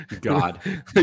God